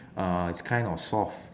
uh is kind of soft